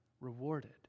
rewarded